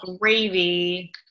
gravy